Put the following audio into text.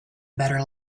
better